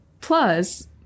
Plus